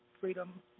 Freedom